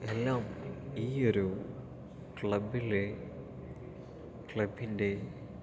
എല്ലാം ഈ ഒരു ക്ലബ്ബിലെ ക്ലബ്ബിൻ്റെ